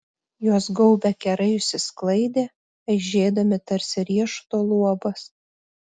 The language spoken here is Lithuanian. juos gaubę kerai išsisklaidė aižėdami tarsi riešuto luobas